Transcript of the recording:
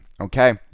okay